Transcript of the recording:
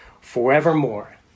forevermore